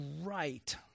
right